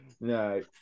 No